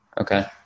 Okay